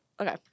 Okay